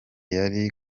yari